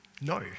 no